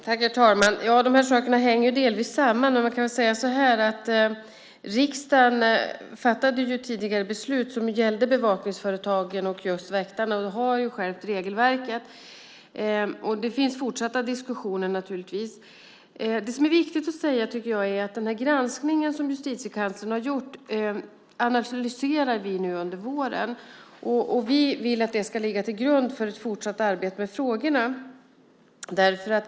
Herr talman! De här sakerna hänger delvis samman. Riksdagen fattade tidigare ett beslut som gällde bevakningsföretagen och väktarna och har skärpt regelverket. Det förs naturligtvis fortsatta diskussioner. Jag tycker att det är viktigt att säga att vi nu under våren analyserar den granskning som Justitiekanslern har gjort. Vi vill att det ska ligga till grund för ett fortsatt arbete med frågorna.